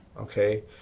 okay